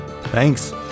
Thanks